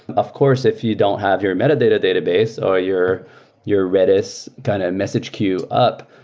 off course, if you don't have your metadata database or your your redis kind of message queue up,